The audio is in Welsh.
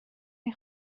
neu